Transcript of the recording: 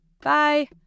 Bye